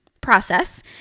process